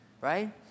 right